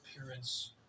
appearance